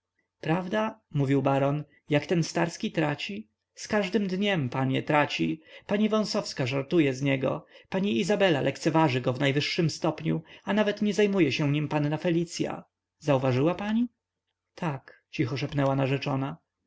prawda mówił baron jak ten starski traci z każdym dniem panie traci pani wąsowska żartuje z niego panna izabela lekceważy go w najwyższym stopniu a nawet nie zajmuje się nim panna felicya zauważyła pani tak cicho szepnęła narzeczona